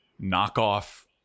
knockoff